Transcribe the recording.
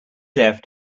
left